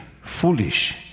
foolish